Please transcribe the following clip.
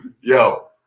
Yo